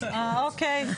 אוקיי,